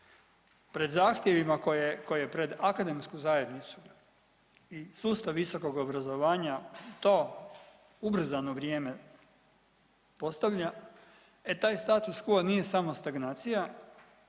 pred zahtjevima koje, koje pred akademsku zajednicu i sustav visokog obrazovanja to ubrzano vrijeme postavlja, e taj status quo nije samo stagnacija,